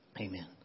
Amen